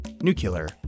Nuclear